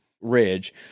Ridge